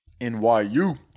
NYU